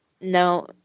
No